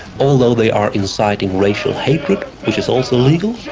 although they are inciting racial hatred, which is also illegal,